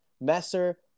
Messer